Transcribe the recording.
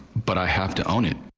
but i have to own it.